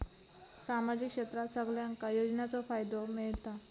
सामाजिक क्षेत्रात सगल्यांका योजनाचो फायदो मेलता?